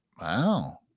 Wow